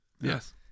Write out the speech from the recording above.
Yes